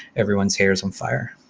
everyone's hair is on fire.